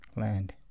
land